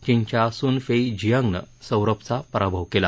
चीनच्या Sun Fei जियांगनं सौरभचा पराभव केला